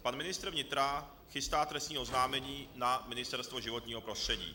Pan ministr vnitra chystá trestní oznámení na Ministerstvo životního prostředí.